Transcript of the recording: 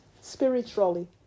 spiritually